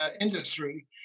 industry